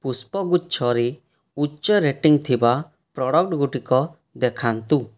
ପୁଷ୍ପଗୁଚ୍ଛରେ ଉଚ୍ଚ ରେଟିଂ ଥିବା ପ୍ରଡ଼କ୍ଟ୍ ଗୁଡ଼ିକ ଦେଖାନ୍ତୁ